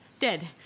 Dead